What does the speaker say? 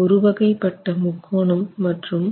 ஒருவகை பட்ட முக்கோணம் மற்றும்